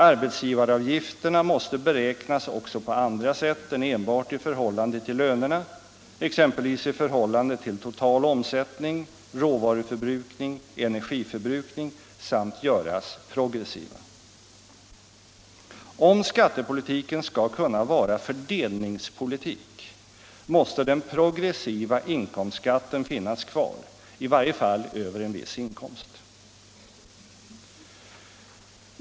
Arbetsgivaravgifterna måste beräknas också på andra sätt än enbart i förhållande till lönerna, exempelvis i förhållande till total omsättning, råvaruförbrukning och energiförbrukning samt göras progressiva. Om skattepolitiken skall kunna vara fördelningspolitik måste den progressiva inkomstskatten finnas kvar, i varje fall över en viss inkomst.